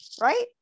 right